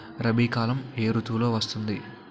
రబీ కాలం ఏ ఋతువులో వస్తుంది?